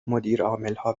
مدیرعاملها